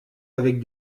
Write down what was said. avec